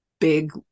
big